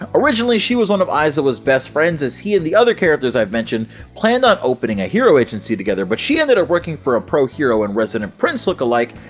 ah originally she was one of aizawa's best friends as he and the other characters i've mentioned planned on opening a hero agency together, but she ended up working for ah pro hero and resident prince look alike,